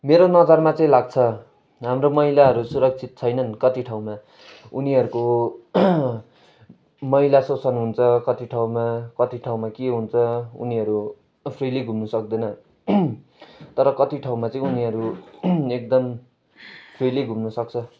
मेरो नजरमा चाहिँ लाग्छ हाम्रो महिलाहरू सुरक्षित छैनन् कति ठाउँमा उनीहरूको महिला शोषण हुन्छ कति ठाउँमा कति ठाउँमा के हुन्छ उनीहरू फ्रिली घुम्नु सक्दैन तर कति ठाउँमा चाहिँ उनीहरू एकदम फ्रिली घुम्नुसक्छ